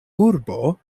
urbo